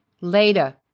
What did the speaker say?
Later